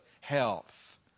health